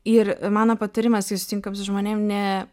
ir mano patarimas kai susitinkam su žmonėm ne